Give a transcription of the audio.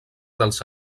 dels